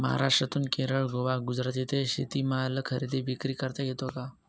महाराष्ट्रातून केरळ, गोवा, गुजरात येथे शेतीमाल खरेदी विक्री करता येतो का?